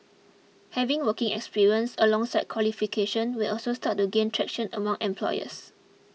having working experience alongside qualifications will also start to gain traction among employers